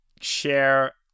share